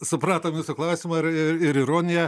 supratom jūsų klausimą ir i ir ironiją